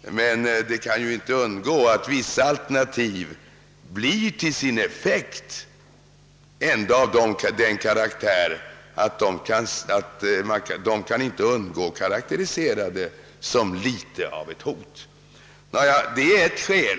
Det kan emellertid inte undvikas att vissa alternativ ändå till sin effekt blir sådana att de kan karakteriseras som litet av ett hot. Detta är ett skäl